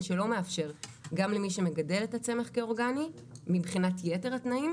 שלא מאפשר גם למי שמגדל את הצמח כאורגני מבחינת יתר התנאים,